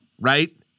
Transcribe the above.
right